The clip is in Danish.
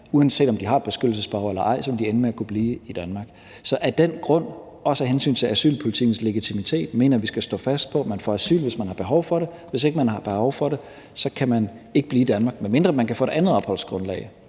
uanset om de har et beskyttelsesbehov eller ej, vil de ende med at kunne blive i Danmark. Så af den grund, også af hensyn til asylpolitikkens legitimitet, mener jeg, at vi skal stå fast på, at man får asyl, hvis man har behov for det, men hvis ikke man har behov for det, kan man ikke blive i Danmark, medmindre man kan få et andet opholdsgrundlag.